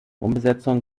umbesetzungen